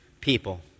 people